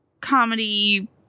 comedy